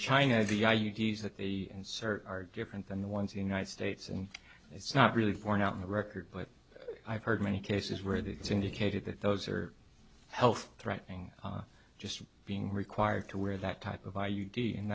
china the i you d's that they insert are different than the ones united states and it's not really point out in the record but i've heard many cases where the syndicated that those are health threatening just being required to wear that type of i u d and